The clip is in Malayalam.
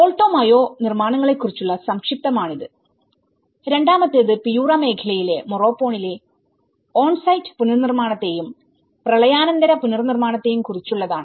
ആൾട്ടോ മയോനിർമ്മാണങ്ങളെ കുറിച്ചുള്ള സംക്ഷിപ്തമാണിത് രണ്ടാമത്തേത് പിയൂര മേഖലയിലെ മൊറോപോണിലെ ഓൺ സൈറ്റ്പുനർനിർമ്മാണത്തെയും പ്രളയാനന്തര പുനർനിർമ്മാണത്തെയും കുറിച്ചുള്ളതാണ്